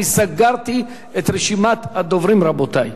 אני סגרתי את רשימת הדוברים, רבותי.